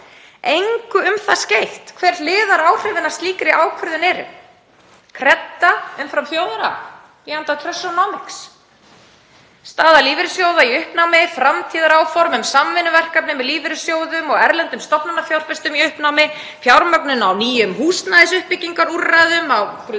engu um það skeytt hver hliðaráhrifin af slíkri ákvörðun eru, kredda umfram þjóðarhag í anda „Trussonomics“, staða lífeyrissjóða í uppnámi, framtíðaráform um samvinnuverkefni með lífeyrissjóðum og erlendum stofnanafjárfestum í uppnámi, fjármögnun á nýjum húsnæðisuppbyggingarúrræðum á